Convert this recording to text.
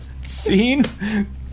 Scene